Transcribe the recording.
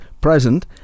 present